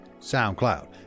SoundCloud